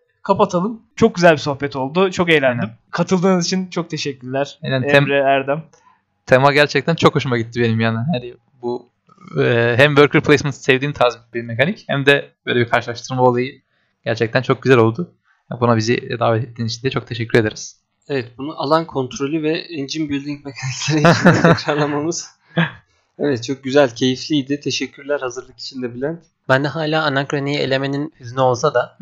Kapatalım. Çok güzel bir sohbet oldu, çok eğlendim. Aynen. Katıldığınız için çok teşekkürler, Aynen, Tem- Emre, Erdem. Tema gerçekten çok hoşuma gitti benim yani. Hani bu, e, hem worker placement sevdiğim tarz bir mekanik, hem de böyle bir karşılaştırma olayı gerçekten çok güzel oldu. Buna bizi davet ettiğiniz için de çok teşekkür ederiz. Evet, bunu alan kontrolü ve engine building mekanikleri içinde tekrarlamamız- Evet, çok güzel, keyifliydi. Teşekkürler hazırlık için de, Bilen. Ben de hala Anachrony'yi elemenin hüznü olsa da-